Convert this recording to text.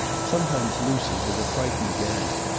sometimes lucy, with a frightened gasp,